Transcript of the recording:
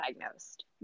diagnosed